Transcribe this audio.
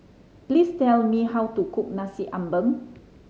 please tell me how to cook Nasi Ambeng